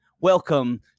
Welcome